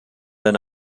dann